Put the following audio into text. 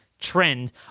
trend